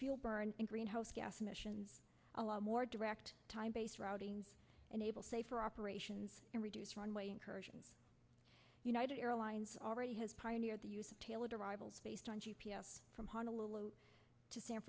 fuel burn in greenhouse gas emissions a lot more direct time based routing enable safer operations and reduce runway incursions united airlines already has pioneered the use of tailored arrivals based on g p s from honolulu to san